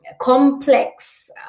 complex